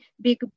big